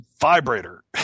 vibrator